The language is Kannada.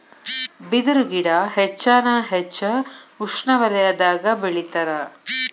ಬಿದರು ಗಿಡಾ ಹೆಚ್ಚಾನ ಹೆಚ್ಚ ಉಷ್ಣವಲಯದಾಗ ಬೆಳಿತಾರ